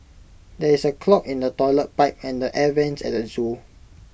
there is A clog in the Toilet Pipe and the air Vents at the Zoo